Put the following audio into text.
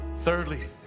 Thirdly